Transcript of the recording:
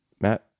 Matt